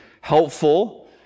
helpful